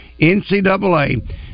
NCAA